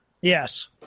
Yes